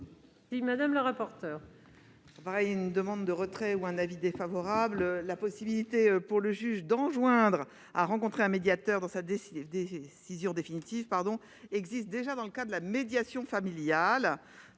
? Madame la rapporteure,